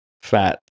fat